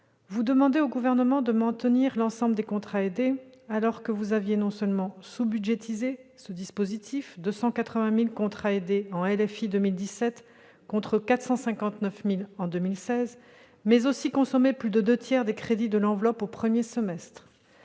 Vous demandez au Gouvernement de maintenir l'ensemble des contrats aidés, alors que vous aviez non seulement sous-budgétisé ce dispositif- 280 000 contrats aidés en loi de finances initiale pour 2017 contre 459 000 en 2016 -, mais aussi consommé plus des deux tiers des crédits de l'enveloppe au premier semestre.